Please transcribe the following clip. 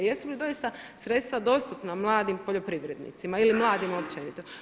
Jesu li doista sredstva dostupna mladim poljoprivrednicima ili mladim općenito?